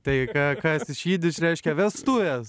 tai ka kas žydiš reiškia vestuvės